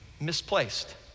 misplaced